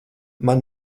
man